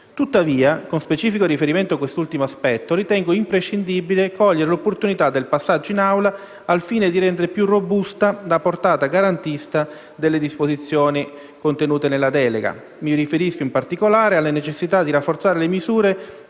Tuttavia, con specifico riferimento a quest'ultimo aspetto, ritengo imprescindibile cogliere l'opportunità del passaggio in Assemblea al fine di rendere più robusta la portata garantista delle disposizioni contenute nella delega. Mi riferisco in particolare alla necessità di rafforzare le misure che